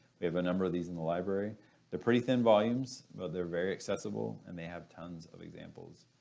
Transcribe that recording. we havea number of these in the library they're pretty thin volumes but they're very accessible and they have tons of examples.